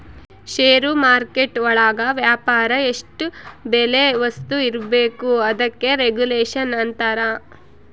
ಷೇರು market ಒಳಗ ವ್ಯಾಪಾರ ಎಷ್ಟ್ ಬೆಲೆ ವಸ್ತು ಇರ್ಬೇಕು ಅದಕ್ಕೆ ರೆಗುಲೇಷನ್ ಅಂತರ